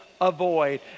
avoid